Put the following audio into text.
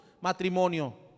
matrimonio